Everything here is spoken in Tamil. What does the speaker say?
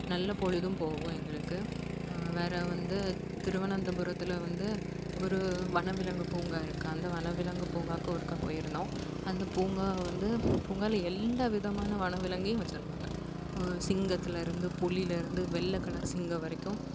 நல்ல பொழுதும் போகும் எங்களுக்கு வேற வந்து திருவனந்தபுரத்தில் வந்து ஒரு வனவிலங்கு பூங்கா இருக்குது அந்த வனவிலங்கு பூங்காக்கு ஒருக்கா போயிருந்தோம் அந்த பூங்கா வந்து பூங்காவில எல்லா விதமான வனவிலங்கையும் வச்சிருந்தாங்கள் சிங்கத்தில் இருந்து புலியில இருந்து வெள்ளை கலர் சிங்கம் வரைக்கும்